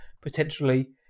potentially